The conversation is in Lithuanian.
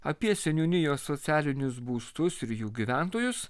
apie seniūnijos socialinius būstus ir jų gyventojus